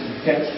okay